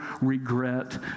regret